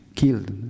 killed